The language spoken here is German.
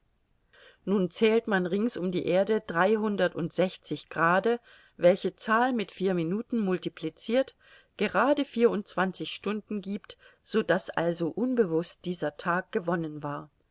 nun zählt man rings um die erde dreihundertundsechzig grade welche zahl mit vier minuten multiplicirt gerade vierundzwanzig stunden giebt so daß also unbewußt dieser tag gewonnen war